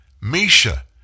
Misha